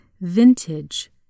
vintage